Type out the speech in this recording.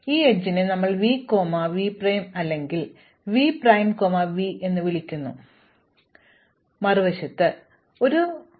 ഈ എഡ്ജിനെ നമ്മൾ വി കോമ വി പ്രൈം അല്ലെങ്കിൽ വി പ്രൈം കോമ വി എന്ന് വിളിക്കുന്നു എന്നത് പ്രശ്നമല്ല ഒരു എഡ്ജ് മാത്രമേയുള്ളൂ